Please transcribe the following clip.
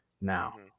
Now